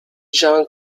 jean